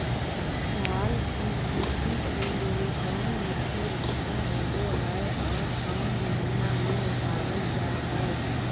दाल की खेती के लिए कौन मिट्टी अच्छा होबो हाय और कौन महीना में लगाबल जा हाय?